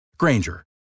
Granger